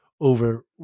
over